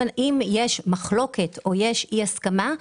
אם יש מחלוקת או יש אי הסמכה,